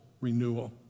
renewal